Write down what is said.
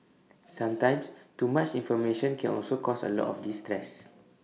sometimes too much information can also cause A lot of distress